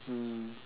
mm